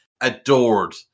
adored